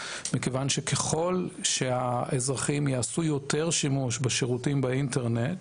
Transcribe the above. מכיוון שככל שהאזרחים יעשו יותר שימוש בשירותים באינטרנט,